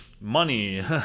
money